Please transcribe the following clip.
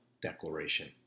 declaration